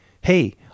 hey